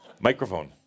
Microphone